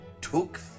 Took